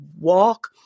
walk